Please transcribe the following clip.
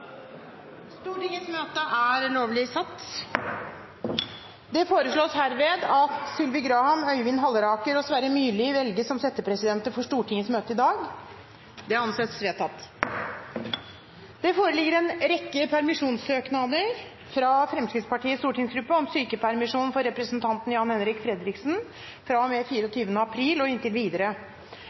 Stortingets møte i dag – og anser det som vedtatt. Presidenten vil foreslå Sylvi Graham, Øyvind Halleraker og Sverre Myrli. – Andre forslag foreligger ikke, og Sylvi Graham, Øyvind Halleraker og Sverre Myrli anses enstemmig valgt som settepresidenter for dagens møte. Det foreligger en rekke permisjonssøknader: fra Fremskrittspartiets stortingsgruppe om sykepermisjon for representanten Jan-Henrik Fredriksen fra og